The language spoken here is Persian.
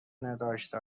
نداشته